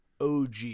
OG